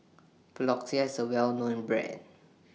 Floxia IS A Well known Brand